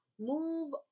Move